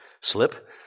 slip